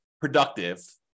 productive